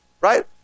Right